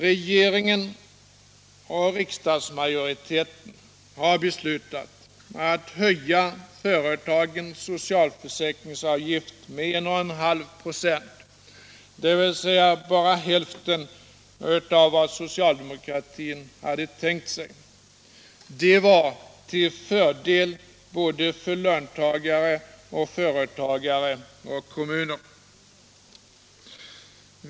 Regeringen och riksdagsmajoriteten har beslutat att höja företagens socialförsäkringsavgift med 11/2 96 — dvs. endast hälften av vad socialdemokratin tänkte sig — och det var till fördel för löntagare, företagare och kommuner.